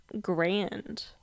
grand